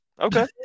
Okay